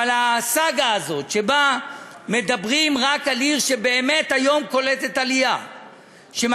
אבל הסאגה הזאת שבה מדברים רק על עיר שבאמת קולטת עלייה כיום,